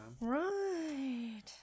Right